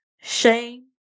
Shame